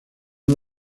uno